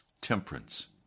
Temperance